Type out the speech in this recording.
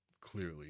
clearly